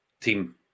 team